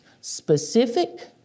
specific